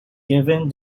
given